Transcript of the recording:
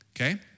Okay